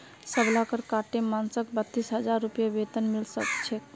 सबला कर काटे मानसक बत्तीस हजार रूपए वेतन मिल छेक